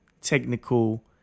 technical